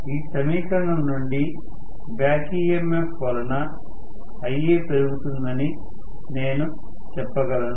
ఈ సమీకరణం నుండి బ్యాక్ EMF వలన Ia పెరుగుతుందని నేను చెప్పగలను